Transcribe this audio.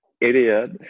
idiot